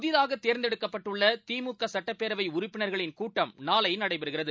புதிதாக தேர்ந்தெடுக்கப்பட்டுள்ள திமுக சுட்டப்பேரவை உறுப்பினர்களின் கூட்டம் நாளை நடைபெறுகிறது